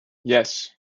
yes